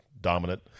dominant